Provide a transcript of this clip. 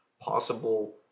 possible